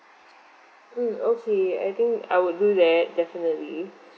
mm okay I think I would do that definitely